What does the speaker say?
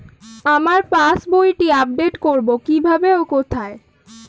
আমার পাস বইটি আপ্ডেট কোরবো কীভাবে ও কোথায়?